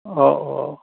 অ অ